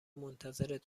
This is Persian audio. منتظرت